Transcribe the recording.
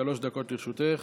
שלוש דקות לרשותך.